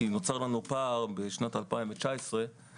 כי נוצר לנו פער בשנת 2019,